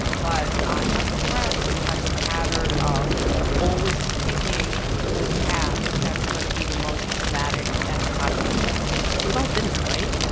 but i have a friend who has a pattern of always picking the path that's going to be the most traumatic and pothole-filled we've all been there, right?